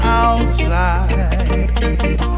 outside